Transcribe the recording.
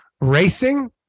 racing